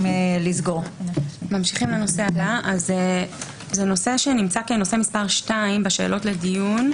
נמשיך לנושא הבא, נושא 2, בשאלות לדיון,